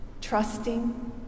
trusting